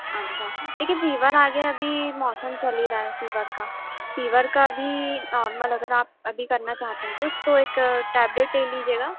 अच्छा देखिए फ़ीवर आ गया है अभी मौसम चल ही रहा है फ़ीवर का फ़ीवर का भी नॉर्मल अगर आप अभी करना चाहते हैं कुछ तो एक टैबलेट ले लीजिएगा